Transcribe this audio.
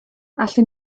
allwn